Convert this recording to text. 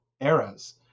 eras